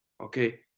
okay